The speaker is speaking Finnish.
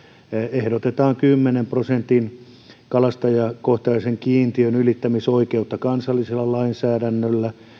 ehdotetaan kymmenen prosentin kalastajakohtaisen kiintiön ylittämisoikeutta kansallisella lainsäädännöllä